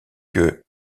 que